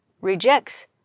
rejects